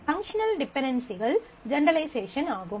functional டிபென்டென்சிகள் generalisation ஆகும்